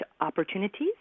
Opportunities